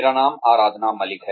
मेरा नाम आराधना मलिक है